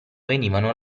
venivano